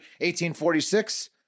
1846